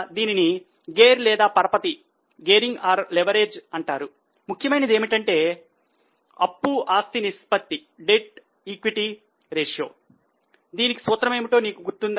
దీనికి సూత్ర మేమిటో నీకు గుర్తుందా